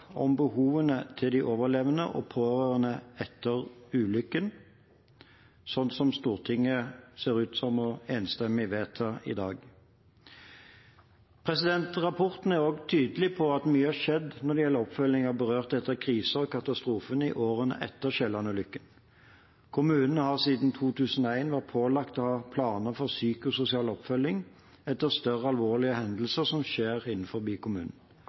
om behovene til de overlevende og pårørende etter ulykken, slik som Stortinget ser ut til enstemmig å vedta i dag. Rapporten er også tydelig på at mye har skjedd når det gjelder oppfølging av berørte etter kriser og katastrofer i årene etter Kielland-ulykken. Kommunene har siden 2001 vært pålagt å ha planer for psykososial oppfølging etter større alvorlige hendelser som skjer innenfor kommunen.